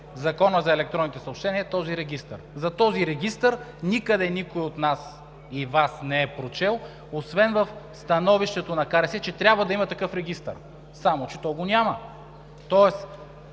Закона за електронните съобщения този регистър. За този регистър никъде никой от нас или Вас не е прочел, освен в становището на КРС, че трябва да има такъв регистър, само че го няма. Тоест